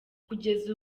kugeza